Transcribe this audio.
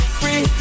free